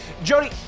Jody